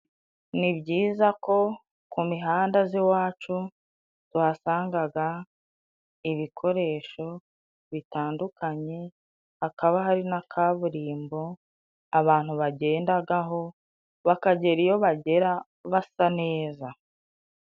Ni byiza ko ku mihanda z'iwacu tuhasangaga ibikoresho bitandukanye, hakaba hari na kaburimbo abantu bagendagaho bakagera iyo bagera basa neza.